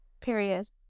Period